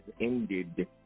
ended